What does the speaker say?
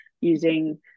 using